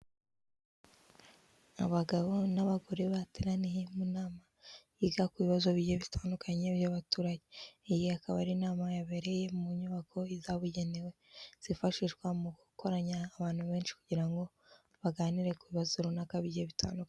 Abagabo n'abagore bateraniye mu nama yiga ku bibazo bigiye bitandukanye by'abaturage. Iyi akaba ari inama yabereye mu nyubako y'izabugenewe zifashishwa mu gukoranya abantu benshi kugira ngo baganire ku bibazo runaka bigiye bitandukanye.